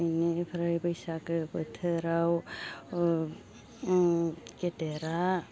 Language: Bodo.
इनिफ्राइ बैसागो बोथोराव ओ उम गेदेरा